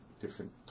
different